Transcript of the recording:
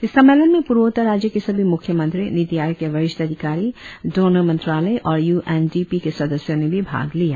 इस सम्मेलन में पूर्वोत्तर राज्यों के सभी म्ख्यमंत्री नीती आयोग के वरिष्ठ अधिकारी डोनर मंत्रालय और यू एन डी पी के सादस्यों ने भी भाग लिया